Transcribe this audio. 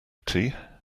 tea